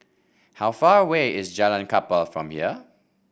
how far away is Jalan Kapal from here